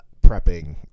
prepping